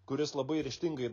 kuris labai ryžtingai